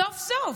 סוף-סוף.